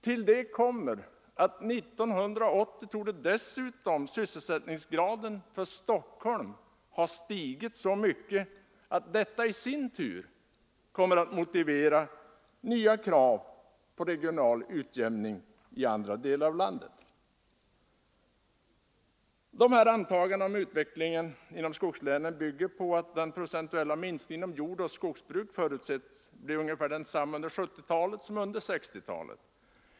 År 1980 torde dessutom sysselsättningsgraden för Stockholms län ha stigit så mycket att detta i sin tur motiverar nya krav på regional utjämning i andra delar av landet. Dessa antaganden om utvecklingen inom skogslänen bygger på att den procentuella minskningen inom jordoch skogsbruk förutses bli ungefär densamma under 1970-talet som under 1960-talet.